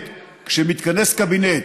שכשמתכנס קבינט